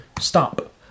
Stop